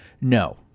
No